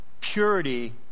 Purity